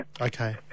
Okay